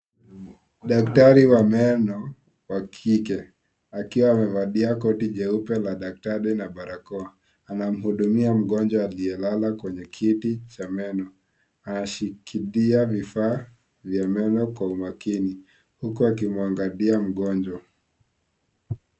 Daktari wa meno wa kike akiwa amevalia koti jeupe la daktari na barakoa, anamhudumia mgonjwa aliyelala kwenye kiti cha meno, anashikilia vifaa vya meno kwa makini huku akimwangalia mgonjwa.